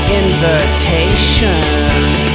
invitations